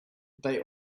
they